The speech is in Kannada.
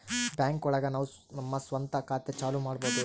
ಬ್ಯಾಂಕ್ ಒಳಗ ನಾವು ನಮ್ ಸ್ವಂತ ಖಾತೆ ಚಾಲೂ ಮಾಡ್ಬೋದು